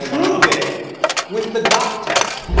prove it with the goth test.